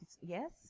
yes